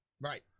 right